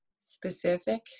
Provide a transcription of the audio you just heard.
specific